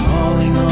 Falling